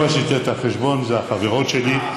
לא עשיתי את החשבון, אלו החברות שלי.